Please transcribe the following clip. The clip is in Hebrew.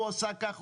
הוא עשה כך?